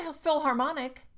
Philharmonic